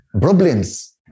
problems